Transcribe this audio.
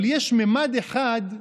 אבל יש ממד אחד,